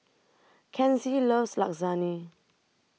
Kenzie loves Lasagne